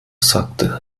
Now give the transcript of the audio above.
sagte